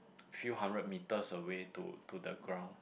few hundred metres away to to the ground